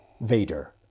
Vader